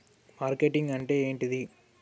Marketing అంటే ఏంటిది?